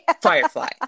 Firefly